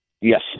Yes